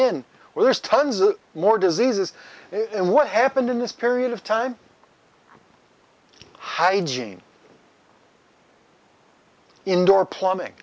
in where there's tons of more diseases and what happened in this period of time hygiene indoor plumbing